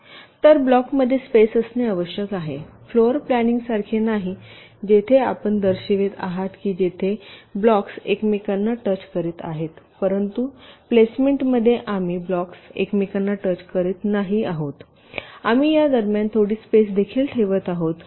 तर ब्लॉक्समध्ये स्पेस असणे आवश्यक आहे फ्लोर प्लॅनिंगसारखे नाही जेथे आपण दर्शवित आहात की जेथे ब्लॉक्स एकमेकांना टच करत आहेत परंतु प्लेसमेंटमध्ये आम्ही ब्लॉक्स एकमेकांना टच करत नाही आहोत आम्ही त्या दरम्यान थोडी स्पेस देखील ठेवत आहोत